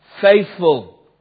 faithful